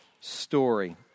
story